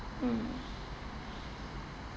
mm